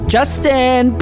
Justin